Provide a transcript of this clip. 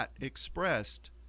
expressed